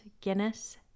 Guinness